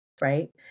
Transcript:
right